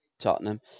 Tottenham